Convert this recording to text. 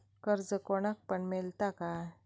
कर्ज कोणाक पण मेलता काय?